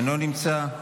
אינו נמצא,